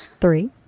Three